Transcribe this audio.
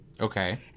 okay